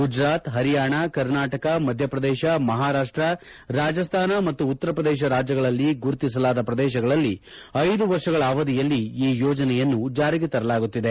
ಗುಜರಾತ್ ಹರಿಯಾಣ ಕರ್ನಾಟಕ ಮಧ್ಯಪ್ರದೇಶ ಮಹಾರಾಷ್ಟ್ರ ರಾಜಸ್ಥಾನ ಮತ್ತು ಉತ್ತರಪ್ರದೇಶ ರಾಜ್ಯಗಳಲ್ಲಿ ಗುರುತಿಸಲಾದ ಪ್ರದೇಶಗಳಲ್ಲಿ ಐದು ವರ್ಷಗಳ ಅವಧಿಯಲ್ಲಿ ಈ ಯೋಜನೆಯನ್ನು ಜಾರಿಗೆ ತೆರಲಾಗುತ್ತಿದೆ